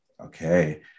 Okay